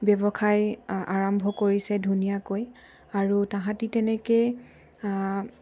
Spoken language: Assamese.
ব্যৱসায় আৰম্ভ কৰিছে ধুনীয়াকৈ আৰু তাহাঁতে তেনেকৈৈ